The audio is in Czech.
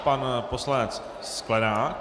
Pan poslanec Sklenák.